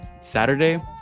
Saturday